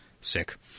Sick